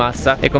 ah salar like um